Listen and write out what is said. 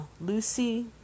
lucy